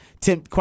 Tim